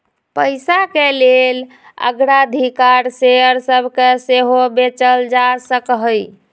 पइसाके लेल अग्राधिकार शेयर सभके सेहो बेचल जा सकहइ